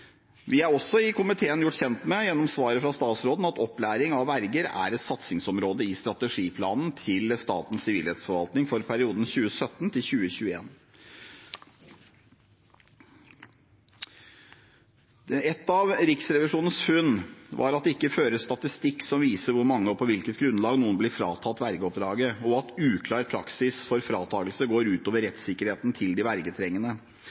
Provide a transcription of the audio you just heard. Vi er også i komiteen gjort kjent med gjennom svaret fra statsråden at opplæring av verger er et satsingsområde i strategiplanen til Statens sivilrettsforvaltning for perioden 2017–2021. Et av Riksrevisjonens funn var at det ikke føres statistikk som viser hvor mange og på hvilket grunnlag noen blir fratatt vergeoppdrag, og at uklar praksis for fratakelse går ut over rettssikkerheten til de vergetrengende.